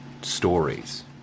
stories